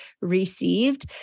received